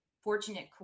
fortunate